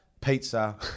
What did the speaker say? pizza